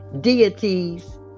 deities